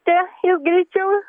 te ir greičiau